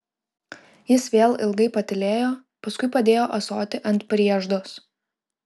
jis vėl ilgai patylėjo paskui padėjo ąsotį ant prieždos